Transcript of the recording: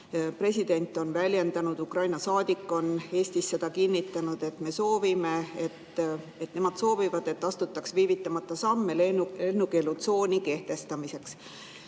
president on väljendanud, Ukraina saadik on Eestis seda kinnitanud, et me soovime, et nemad soovivad, et astutaks viivitamata samme lennukeelutsooni kehtestamiseks.